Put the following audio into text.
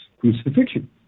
crucifixion